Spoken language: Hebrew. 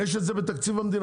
יש את זה בתקציב המדינה.